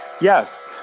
Yes